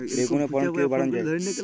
বেগুনের ফলন কিভাবে বাড়ানো যায়?